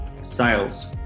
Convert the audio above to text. Sales